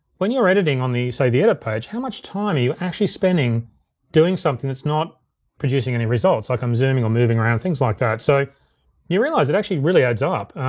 when you're editing on the say, the edit page, how much time are you actually spending doing something that's not producing any results? like i'm zooming or moving around, things like that. so you realize, it actually really adds up.